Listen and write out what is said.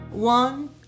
One